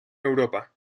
europa